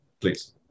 Please